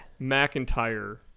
McIntyre